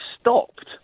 stopped